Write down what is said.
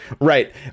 right